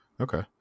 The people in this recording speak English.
okay